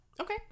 Okay